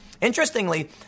Interestingly